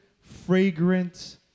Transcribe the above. fragrant